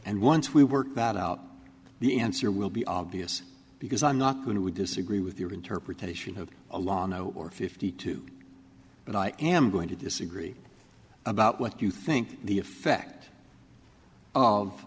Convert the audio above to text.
and once we work that out the answer will be obvious because i'm not going to disagree with your interpretation of a long no or fifty two but i am going to disagree about what you think the effect of